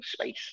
space